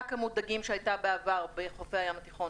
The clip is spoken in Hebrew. כמות דגים שהייתה בעבר בחופי הים התיכון?